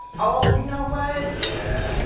oh, you know what? yeah